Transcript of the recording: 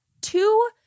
two